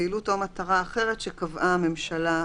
פעילות או מטרה אחרת שקבעה הממשלה בתקנות."